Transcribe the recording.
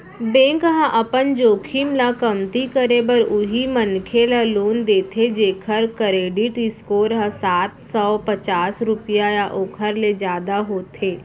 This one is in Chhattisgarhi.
बेंक ह अपन जोखिम ल कमती करे बर उहीं मनखे ल लोन देथे जेखर करेडिट स्कोर ह सात सव पचास रुपिया या ओखर ले जादा होथे